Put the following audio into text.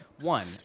one